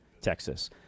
Texas